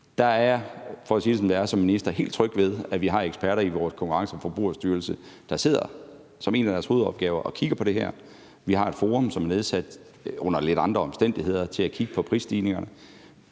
Der er jeg for at sige det, som det er, som minister helt tryg ved, at vi har eksperter i vores Konkurrence- og Forbrugerstyrelse, der sidder og kigger på det her som en af deres hovedopgaver. Vi har et forum, som er nedsat under lidt andre omstændigheder til at kigge på prisstigningerne.